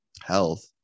health